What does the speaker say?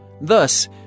Thus